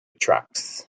trucks